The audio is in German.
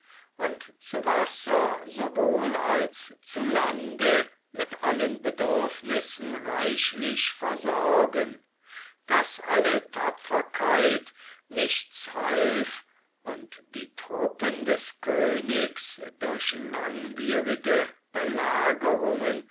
und zu wasser sowohl als zu lande mit allen bedürfnissen reichlich versorgen daß alle tapferkeit nichts half und die truppen des königs durch langwierige belagerungen